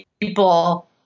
people